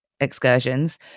excursions